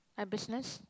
my business